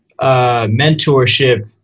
mentorship